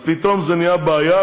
אז פתאום זה נהיה בעיה,